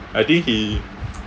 I think he